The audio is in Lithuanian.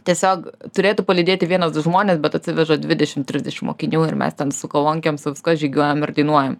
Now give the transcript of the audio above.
tiesiog turėtų palydėti vienas du žmonės bet atsiveža dvidešim trisdešim mokinių ir mes ten su kolonkėm su viskuo žygiuojam ir dainuojam